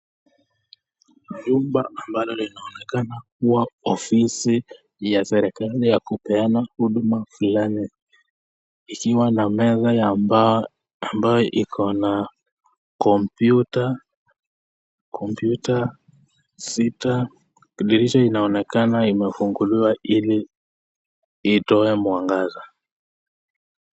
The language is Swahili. Nyumba ambalo linaonekana kuwa ofisi ya serikali ya kupeana huduma fulani, ikiwa na meza ya mbao ambayo ikona kompyuta sita. Dirisha linaonekana imefunguliwa ili itoe mwangaza.